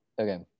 Okay